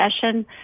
session